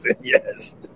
Yes